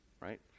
right